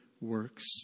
works